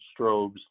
strobes